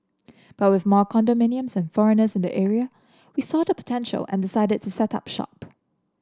but with more condominiums and foreigners in the area we saw the potential and decided to set up shop